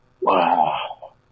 wow